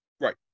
Right